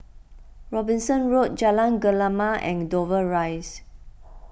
Robinson Road Jalan Gemala and Dover Rise